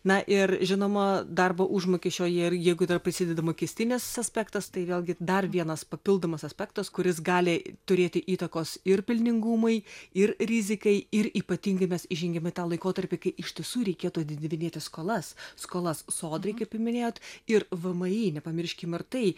na ir žinoma darbo užmokesčio ir jeigu dar prisideda mokestinis aspektas tai vėlgi dar vienas papildomas aspektas kuris gali turėti įtakos ir pelningumui ir rizikai ir ypatingai mes įžengiam į tą laikotarpį kai iš tiesų reikėtų atidedinti skolas skolas sodrai kaip minėjot ir vmi nepamirškim ir tai